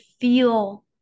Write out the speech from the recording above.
feel